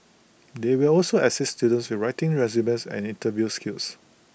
they will also assist students writing resumes and interview skills